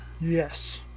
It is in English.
yes